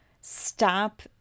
stop